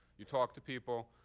you talk to people.